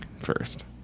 first